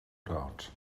doubt